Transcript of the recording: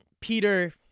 Peter